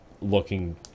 looking